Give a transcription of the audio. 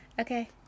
Okay